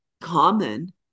common